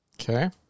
Okay